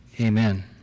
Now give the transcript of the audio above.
amen